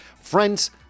Friends